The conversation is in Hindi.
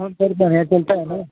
फोन सर बढ़िया चलता है न